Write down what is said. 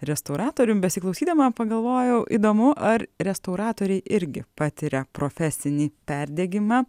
restauratorium besiklausydama pagalvojau įdomu ar restauratoriai irgi patiria profesinį perdegimą